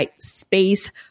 Space